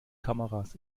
kameras